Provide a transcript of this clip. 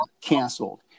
canceled